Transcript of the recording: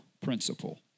principle